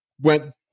went